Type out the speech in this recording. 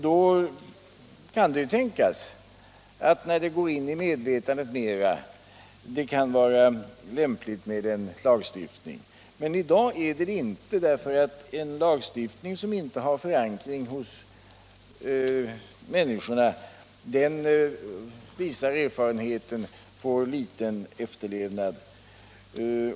Då kan det ju tänkas att det, när användandet gått in i medvetandet mera, kan vara lämpligt med en lagstiftning. I dag är det inte lämpligt, därför att en lagstiftning som inte har förankring hos människorna får enligt erfarenheterna liten efterlevnad.